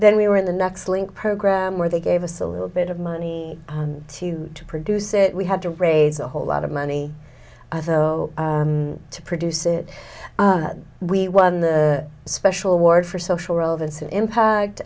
then we were in the next link program where they gave us a little bit of money to to produce it we had to raise a whole lot of money to produce it we won the special award for social relevance and impact